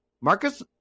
Marcus